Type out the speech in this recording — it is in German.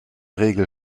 regel